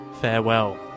Farewell